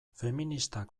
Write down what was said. feministak